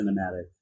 cinematic